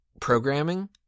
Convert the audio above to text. programming